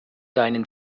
deinen